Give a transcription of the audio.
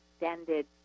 extended